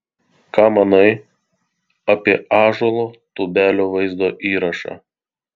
ką manai apie ąžuolo tubelio vaizdo įrašą